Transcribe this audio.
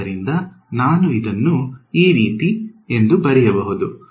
ಆದ್ದರಿಂದ ನಾನು ಇದನ್ನು ಎಂದು ಬರೆಯಬಹುದು